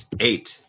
Eight